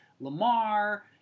Lamar